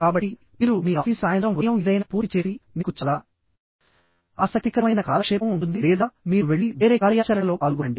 కాబట్టి మీరు మీ ఆఫీసు సాయంత్రం ఉదయం ఏదైనా పూర్తి చేసి మీకు చాలా ఆసక్తికరమైన కాలక్షేపం ఉంటుంది లేదా మీరు వెళ్లి వేరే కార్యాచరణలో పాల్గొనండి